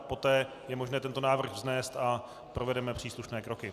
Poté je možné tento návrh vznést a provedeme příslušné kroky.